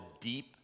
deep